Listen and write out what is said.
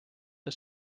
the